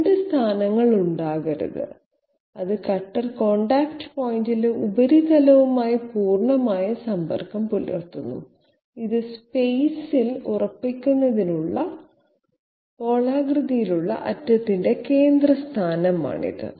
2 സ്ഥാനങ്ങൾ ഉണ്ടാകരുത് അത് കട്ടർ കോൺടാക്റ്റ് പോയിന്റിലെ ഉപരിതലവുമായി പൂർണ്ണമായും സമ്പർക്കം പുലർത്തുന്നു ഇത് സ്പേസിൽ ഉറപ്പിക്കുന്നതിനുള്ള ഗോളാകൃതിയിലുള്ള അറ്റത്തിന്റെ കേന്ദ്ര സ്ഥാനമാണിത്